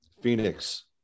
Phoenix